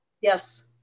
yes